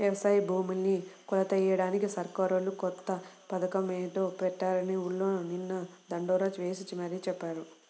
యవసాయ భూముల్ని కొలతలెయ్యడానికి సర్కారోళ్ళు కొత్త పథకమేదో పెట్టారని ఊర్లో నిన్న దండోరా యేసి మరీ చెప్పారు